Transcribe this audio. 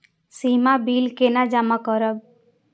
सीमा bill केना जमा करब?